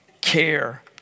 Care